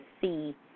see